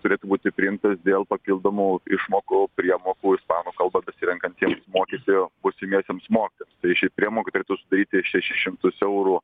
turėtų būti priimtas dėl papildomų išmokų priemokų ispanų kalbą besirenkantiems mokyti būsimiesiems mokytojams tai ši priemoka turėtų sudaryti šešis šimtus eurų